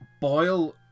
boil